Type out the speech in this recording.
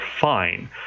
fine